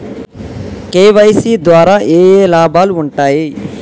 KYC ద్వారా ఏఏ లాభాలు ఉంటాయి?